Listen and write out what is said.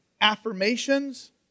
affirmations